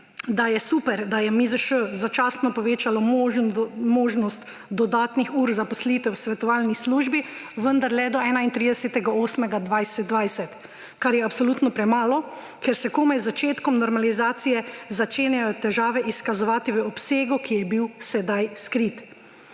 da je super, da je MIZŠ začasno povečal možnost dodatnih ur zaposlitev svetovalni službi, vendar le do 31. 8. 2020, kar je absolutno premalo, ker se komaj z začetkom normalizacije začenjajo težave izkazovati v obsegu, ki je bil sedaj skrit.